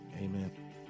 Amen